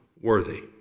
worthy